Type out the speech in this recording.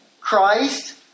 Christ